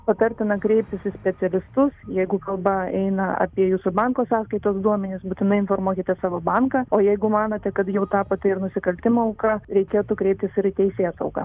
patartina kreiptis į specialistus jeigu kalba eina apie jūsų banko sąskaitos duomenis būtinai informuokite savo banką o jeigu manote kad jau tapote ir nusikaltimo auka reikėtų kreiptis ir į teisėsaugą